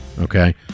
okay